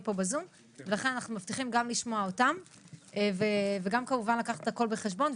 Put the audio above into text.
פה בזום ולכן אנחנו מבטיחים לשמוע גם אותם וגם כמובן לקחת הכל בחשבון.